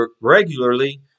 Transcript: regularly